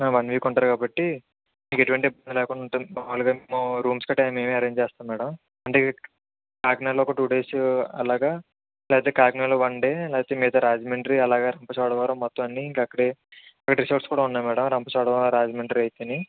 one week ఉంటారు కాబట్టి మీకు ఎటువంటి ఇబ్బందీ లేకుండా ఉంటుంది మాములుగా రూమ్స్ కట్టా మేమే అరేంజ్ చేస్తం మేడం అంటే కాకినాడలో ఒక టూ డేసు అలాగ లేకపోతె కాకినాడలో వన్ డే లేకపోతె మిగిత రాజమండ్రీ అలాగ రంపచోడవరం మొత్తం అన్నీ ఇంకక్కడే రిసార్ట్స్ కూడా ఉన్నయి మేడం రంపచోడవరం రాజమండ్రీ అయితేనీ